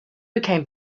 become